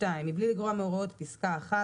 (2)מבלי לגרוע מהוראות פסקה (1),